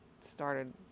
started